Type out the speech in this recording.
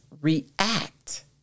react